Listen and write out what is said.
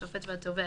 השופט והתובע,